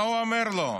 מה הוא אומר לו?